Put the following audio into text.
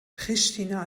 pristina